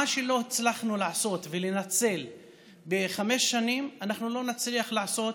מה שלא הצלחנו לעשות ולנצל בחמש שנים אנחנו לא נצליח לעשות